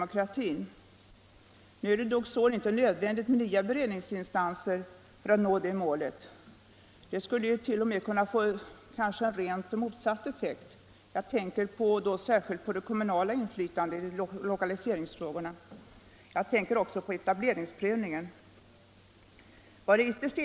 Möjligen kan vissa privata fastighetsägare ha invändningar här, eftersom de inte får tillgodogöra sig avkastning på en investering de inte gjort, men detta har inte för utskottet varit ett vägande skäl emot.